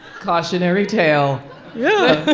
cautionary tale yeah